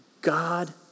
God